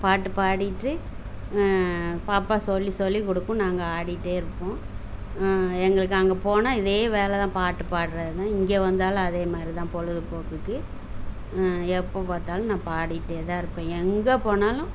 பாட்டு பாடிட்டு பாப்பா சொல்லி சொல்லி கொடுக்கும் நாங்கள் ஆடிட்டே இருப்போம் எங்களுக்கு அங்கே போனால் இதே வேலைதான் பாட்டு பாடுறதுதான் இங்கே வந்தாலும் அதே மாதிரிதான் பொழுதுபோக்குக்கு எப்போ பார்த்தாலும் நான் பாடிகிட்டேதான் இருப்பேன் எங்கே போனாலும்